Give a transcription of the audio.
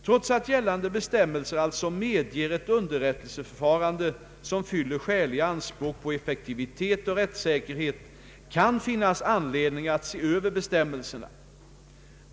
Trots att gällande bestämmelser alltså medger ett underrättelseförfarande som fyller skäliga anspråk på effektivitet och rättssäkerhet kan det finnas anledning att se över bestämmelserna.